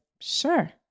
Sure